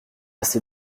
ces